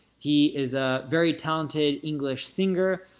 he is a very talented english singer,